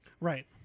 Right